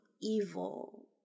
evil